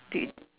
do you